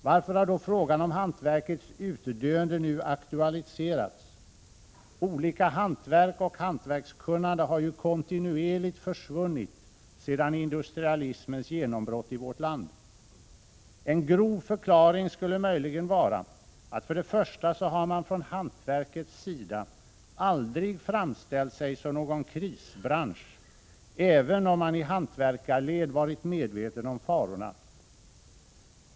Varför har då frågan om hantverkets utdöende nu aktualiserats? Olika hantverk och hantverkskunnande har ju kontinuerligt försvunnit sedan industrialismens genombrott i vårt land. En grov förklaring skulle möjligen vara att för det första så har man från hantverkets sida aldrig framställt sig som någon krisbransch även om man i hantverkarled varit medveten om farorna.